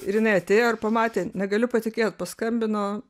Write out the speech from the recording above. ir jinai atėjo ir pamatė negaliu patikėt paskambino